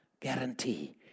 guarantee